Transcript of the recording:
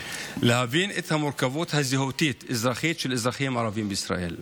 להבין את המורכבות הזהותית-אזרחית של אזרחים ערבים בישראל,